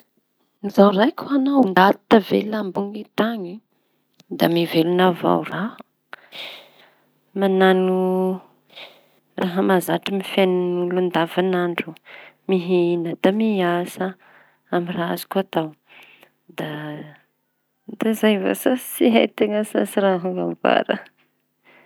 Zao raiky ho añao ndaty tavela ambony tany? Da miveloña avao raho, mañano raha mahazatra amin'ny fianan'olo andavan'andro, mihina, da miasa amy raha azoko atao, da za vasa tsy hay teña sasy raha ombaña.